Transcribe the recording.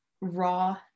raw